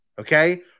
okay